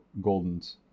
goldens